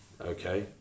Okay